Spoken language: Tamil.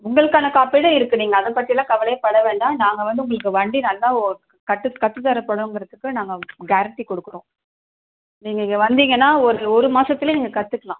உங்களுக்கான காப்பீடும் இருக்குது நீங்கள் அதை பற்றிலாம் கவலையேப்பட வேண்டாம் நாங்கள் வந்து உங்களுக்கு வண்டி நல்லா ஓ கட்டு கற்று தரப்படும்ங்கிறதுக்கு நாங்கள் கேரண்ட்டி கொடுக்குறோம் நீங்கள் இங்கே வந்தீங்கன்னால் ஒரு ஒரு மாதத்துலே நீங்கள் கற்றுக்கலாம்